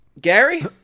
Gary